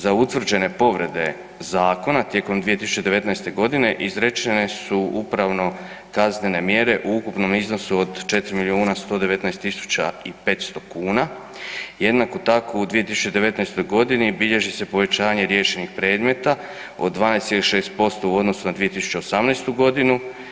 Za utvrđene povrede zakona tijekom 2019. g. izrečene su upravno-kaznene mjere u ukupnom iznosu od 4 119 500 kn, jednako tako u 2019. g. bilježi se povećanje riješenih predmeta od 12,6% u odnosu na 2018. godinu.